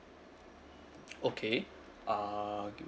okay uh